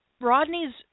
Rodney's